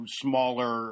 smaller